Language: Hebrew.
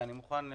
כן.